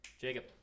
Jacob